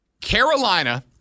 Carolina